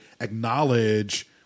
acknowledge